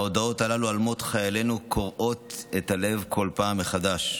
וההודעות הללו על מות חיילינו קורעות את הלב בכל פעם מחדש.